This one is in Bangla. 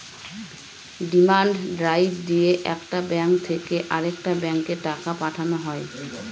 ডিমান্ড ড্রাফট দিয়ে একটা ব্যাঙ্ক থেকে আরেকটা ব্যাঙ্কে টাকা পাঠানো হয়